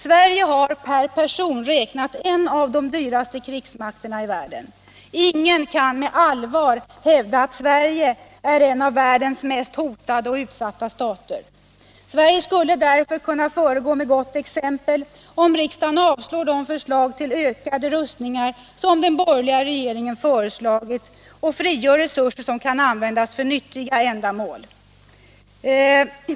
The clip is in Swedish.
Sverige har per person räknat en av de dyraste krigsmakterna i världen. Ingen kan på allvar hävda att Sverige är en av världens mest hotade och utsatta stater. Sverige skulle därför kunna föregå med gott exempel, om riksdagen avslår de förslag till ökade rustningar som den borgerliga regeringen lagt fram och frigör resurser som kan användas för nyttiga ändamål.